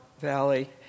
valley